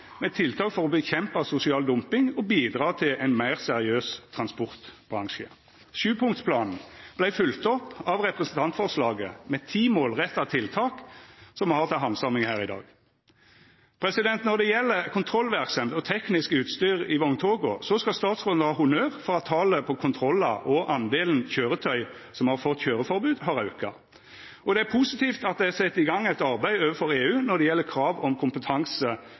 med tiltak for å motverka sosial dumping og bidra til ein meir seriøs transportbransje. 7-punktsplanen vart følgt opp av representantforslaget med ti målretta tiltak, som me har til handsaming her i dag. Når det gjeld kontrollverksemd og teknisk utstyr i vogntoga, skal statsråden ha honnør for at talet på kontrollar og talet på køyretøy som har fått køyreforbod, har auka. Det er positivt at det er sett i gang eit arbeid overfor EU når det gjeld krav om kompetanse